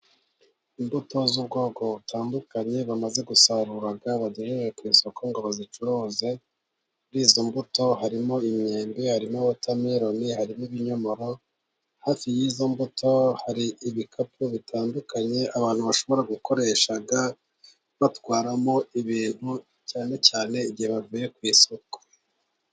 Imbuto z'ubwoko butandukanye, bamaze gusarura bagejeje ku isoko ngo bazicuruze, mu izo mbuto harimo imyembe, harimo wotameloni, harimo ibinyomoro. Hafi y'izo mbuto hari ibikapu bitandukanye, abantu bashobora gukoresha batwaramo ibintu, cyane cyane igihe bavuye ku isoko.